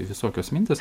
visokios mintys